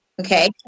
Okay